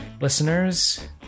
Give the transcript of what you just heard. listeners